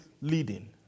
leading